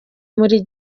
muri